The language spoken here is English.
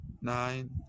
nine